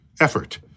effort